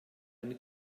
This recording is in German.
eine